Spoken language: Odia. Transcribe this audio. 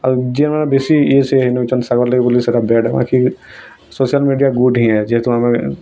ଆଉ ଯେନ୍ମାନେ ବେଶୀ ଇଏ ସେ ନେଉଛନ୍ତି ସୋସିଆଲ୍ ମିଡ଼ିଆ ଗୁଟ୍ ହେ ଯେହେତୁ ଆମେ